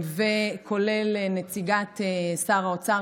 כולל נציגת שר האוצר,